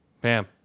Bam